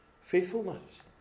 faithfulness